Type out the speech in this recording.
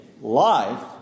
life